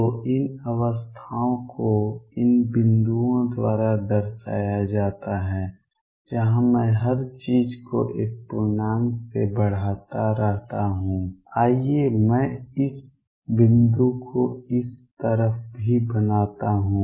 तो इन अवस्थाओं को इन बिंदुओं द्वारा दर्शाया जाता है जहाँ मैं हर चीज़ को एक पूर्णांक से बढ़ाता रहता हूँ आइए मैं इस बिंदु को इस तरफ भी बनाता हूँ